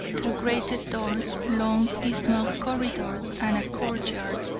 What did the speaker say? through grated doors, long, dismal corridors, and a court-yard,